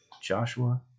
Joshua